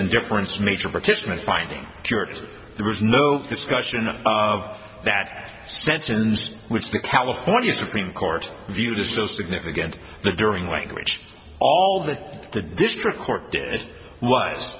indifference major partition of finding jurors there was no discussion of that sense in this which the california supreme court viewed as the significant the during language all that the district court did was